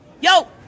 Yo